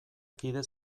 kide